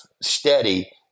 steady